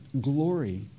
glory